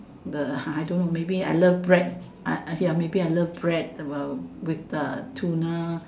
the I don't know maybe I love bread I I maybe I love bread about with the tuna